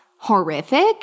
horrific